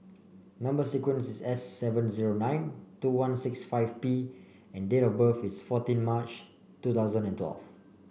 number sequence is S seven zero nine two one six five P and date of birth is fourteen March two thousand and twelve